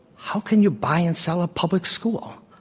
how can you buy and sell a public school?